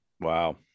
Wow